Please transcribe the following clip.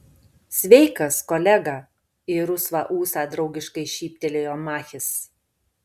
sveikas kolega į rusvą ūsą draugiškai šyptelėjo machis